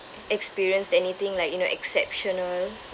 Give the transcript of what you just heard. experienced anything like you know exceptional